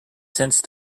sense